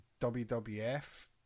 WWF